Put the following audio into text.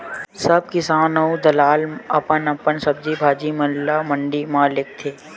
सब किसान अऊ दलाल अपन अपन सब्जी भाजी म ल मंडी म लेगथे